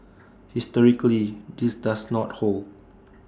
historically this does not hold